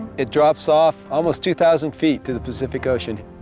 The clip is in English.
it drops off almost two thousand feet to the pacific ocean.